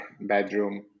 bedroom